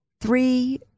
three